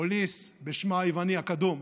פוליס, בשמה היווני הקדום,